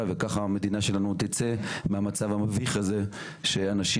וככה המדינה שלנו תצא מהמצב המביך הזה שאנשים,